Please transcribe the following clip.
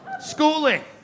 schooling